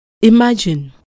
Imagine